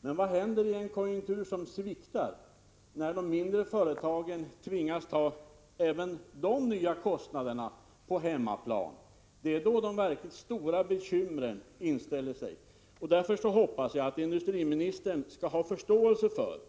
Men vad händer i en konjunktur som sviktar — när de mindre företagen tvingas ta även de nya kostnaderna på hemmaplan? Det är då de verkligt stora bekymren inställer sig. Därför hoppas jag att industriministern skall ha förståelse för